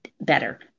better